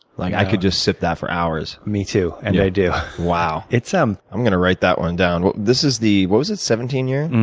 like i could just sip that for hours. me, too, and i do. wow. um i'm going to write that one down. this is the, what was it, seventeen year?